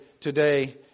today